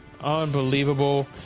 Unbelievable